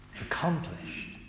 Accomplished